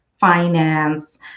finance